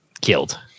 killed